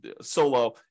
solo